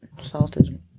Salted